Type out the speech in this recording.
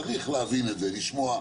צריך להבין את זה, לשמוע.